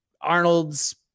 Arnold's